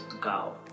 go